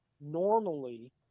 normally